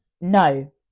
no